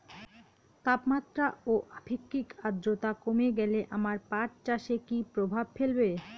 তাপমাত্রা ও আপেক্ষিক আদ্রর্তা কমে গেলে আমার পাট চাষে কী প্রভাব ফেলবে?